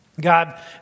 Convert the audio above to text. God